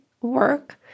work